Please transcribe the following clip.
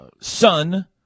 son